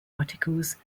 articles